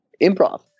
improv